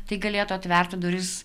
tai galėtų atverti duris